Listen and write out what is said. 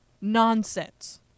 nonsense